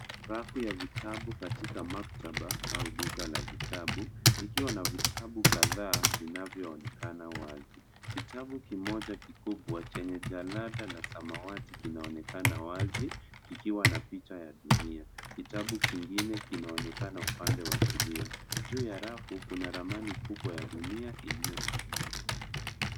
Rafu ya vitabu katika maktaba au duka la vitabu ikiwa na vitabu kadhaa vinavyoonekana wazi. Kitabu kimoja kikubwa chenye jadala la samawati kinaonekana wazi kikiwa na picha ya dunia. Kitabu kingine kinaonekana upande wa kulia. Juu ya rafu kuna ramani ya dunia iliyoning'inizwa.